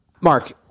Mark